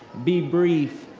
be brief,